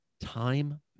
time